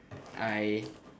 I